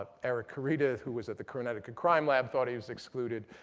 ah eric carita, who was at the connecticut crime lab, thought he was excluded.